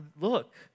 look